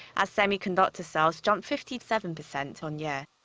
as semiconductor sales jumped fifty seven percent on-year.